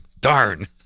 darn